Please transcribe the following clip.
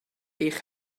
eich